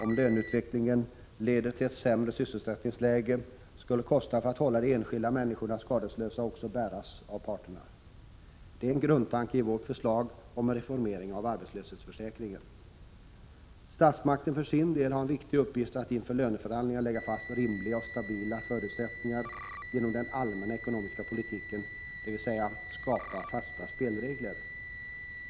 Om löneutvecklingen ledde till ett sämre sysselsättningsläge skulle kostnaden för att hålla de enskilda människorna skadeslösa också bäras av parterna. Det är en grundtanke i vårt förslag om en reformering av arbetslöshetsförsäkringen. Statsmakten för sin del har en viktig uppgift att inför löneförhandlingarna lägga fast rimliga och stabila förutsättningar genom den allmänna ekonomiska politiken, dvs. skapa fasta spelregler.